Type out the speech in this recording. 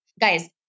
Guys